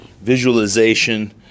visualization